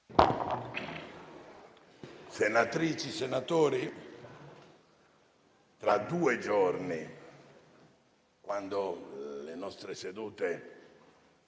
Senatrici, senatori, tra due giorni - le nostre sedute